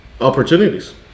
opportunities